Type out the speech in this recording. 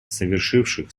совершивших